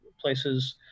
places